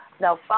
Now